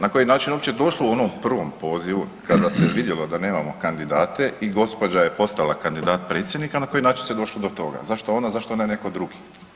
Na koji način je uopće došla u onom prvom pozivu, kada se vidjelo da nemamo kandidate i gđa. je postala kandidat predsjednika, na koji način se došlo do toga, zašto ona, zašto ne netko drugi?